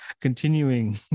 continuing